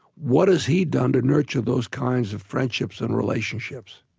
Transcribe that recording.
what has he done to nurture those kinds of friendships and relationships?